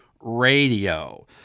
radio